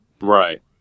Right